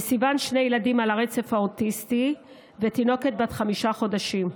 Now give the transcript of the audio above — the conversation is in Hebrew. לסיוון שני ילדים על הרצף האוטיסטי ותינוקת בת חמישה חודשים.